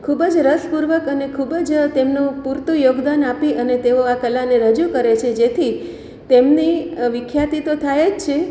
ખૂબ જ રસપૂર્વક અને ખૂબ જ તેમનું પૂરતું યોગદાન આપી અને તેઓ આ કલાને રજૂ કરે છે જેથી તેમની વિખ્યાતિ તો થાય છે